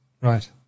Right